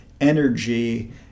energy